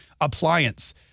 appliance